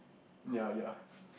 ya ya